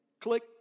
click